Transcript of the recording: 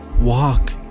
walk